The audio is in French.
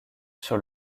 sur